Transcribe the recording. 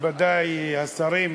מכובדי השרים,